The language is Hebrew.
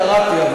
קראתי.